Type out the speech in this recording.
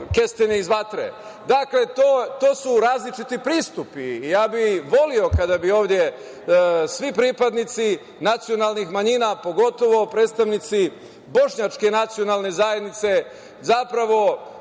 kestenje iz vatre. To su različiti pristupi. Ja bih voleo kada bi ovde svi pripadnici nacionalnih manjina, pogotovo predstavnici bošnjačke nacionalne zajednice imaju